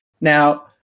Now